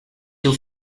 yıl